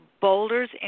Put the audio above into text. boulders